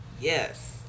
Yes